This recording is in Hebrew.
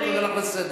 אני קורא אותך לסדר.